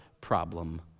problem